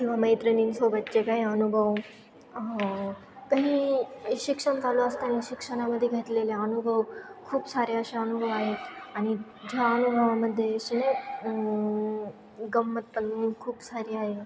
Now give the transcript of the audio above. किंवा मैत्रिणींसोबतचे काही अनुभव काही शिक्षण चालू असताना शिक्षणामध्ये घेतलेले अनुभव खूप सारे अशा अनुभव आहेत आणि ज्या अनुभवामध्ये असे गंमत पण खूप सारे आहे